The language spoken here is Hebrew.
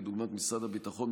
דוגמת משרד הביטחון,